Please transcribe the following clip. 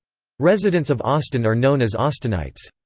residents of austin are known as austinites.